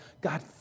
God